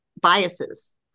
biases